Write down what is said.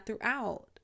throughout